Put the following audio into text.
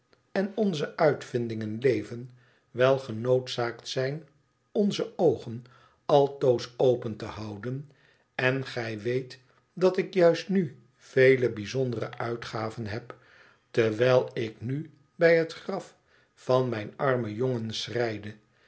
en onze uitvindingen leven wel genoodzaakt zijn onze oogsn altoos open te houden en gij weet dat ik juist nu vele bijzondere uitgaven heb terwijl ik nu bij het graf van mijn armen